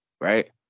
right